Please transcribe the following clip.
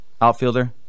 outfielder